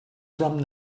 from